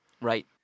Right